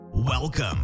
Welcome